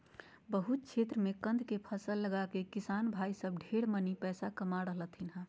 बहुत क्षेत्र मे कंद फसल लगाके किसान भाई सब ढेर मनी पैसा कमा रहलथिन हें